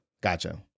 Gotcha